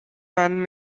man